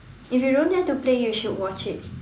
if you don't dare to play you should watch it